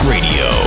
Radio